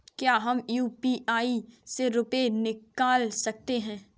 क्या हम यू.पी.आई से रुपये निकाल सकते हैं?